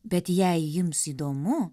bet jei jums įdomu